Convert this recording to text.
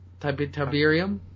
Tiberium